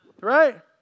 Right